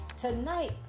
tonight